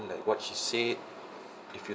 like what she said if you